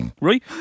right